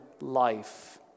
life